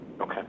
Okay